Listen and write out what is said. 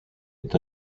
est